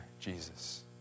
Jesus